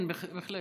כן, בהחלט.